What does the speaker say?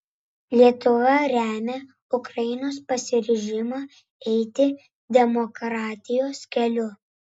lietuva remia ukrainos pasiryžimą eiti demokratijos keliu